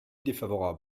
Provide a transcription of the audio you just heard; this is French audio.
défavorable